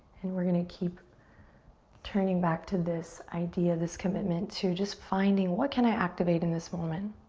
and we're gonna keep turning back to this idea, this commitment to just finding, what can i activate in this moment?